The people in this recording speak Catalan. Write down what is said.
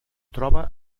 troba